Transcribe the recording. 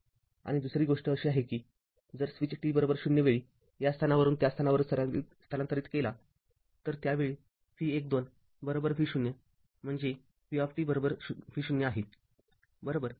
आणि दुसरी गोष्ट अशी आहे की जर स्विच t 0 वेळी या स्थानावरून त्या स्थानावर स्थलांतरित केला तर त्यावेळी v १२ V0म्हणजे v t v0 आहे बरोबर